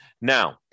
Now